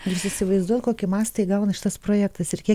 jūs įsivaizduojat kokį mastą įgauna šitas projektas ir kiek